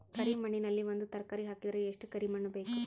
ಕರಿ ಮಣ್ಣಿನಲ್ಲಿ ಒಂದ ತರಕಾರಿ ಹಾಕಿದರ ಎಷ್ಟ ಕರಿ ಮಣ್ಣು ಬೇಕು?